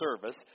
service